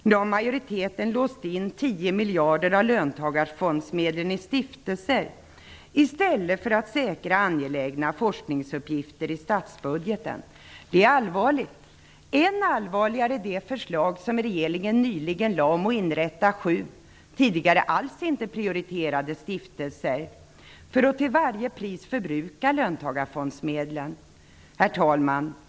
Nu har majoriteten låst in tio miljarder av löntagarfondsmedlen i stiftelser i stället för att säkra angelägna forskningsuppgifter i statsbudgeten. Det är allvarligt. Än allvarligare är det förslag regeringen nyligen framlade om att inrätta sju tidigare alls inte prioriterade stiftelser för att till varje pris förbruka löntagarfondsmedlem. Herr talman!